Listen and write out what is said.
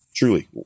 truly